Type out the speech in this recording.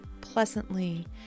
pleasantly